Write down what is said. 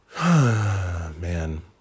man